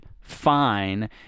fine